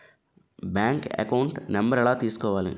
Bank account number ఎలా తీసుకోవాలి?